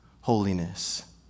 holiness